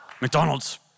McDonald's